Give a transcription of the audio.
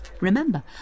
Remember